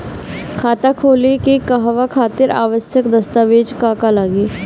खाता खोले के कहवा खातिर आवश्यक दस्तावेज का का लगी?